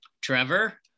Trevor